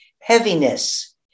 heaviness